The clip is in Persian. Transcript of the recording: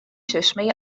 چشمه